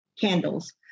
candles